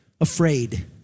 afraid